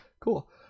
Cool